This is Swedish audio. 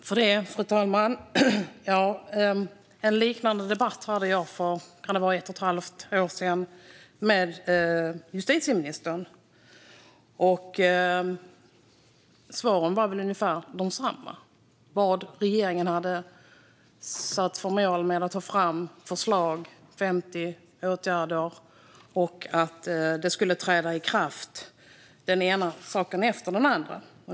Fru talman! En liknande debatt hade jag för ett och ett halvt år sedan med justitieministern. Svaren var väl ungefär desamma. Det handlade om vad regeringen hade för mål med att ta fram förslag - 50 åtgärder - och att den ena saken efter den andra skulle träda i kraft.